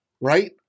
right